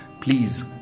Please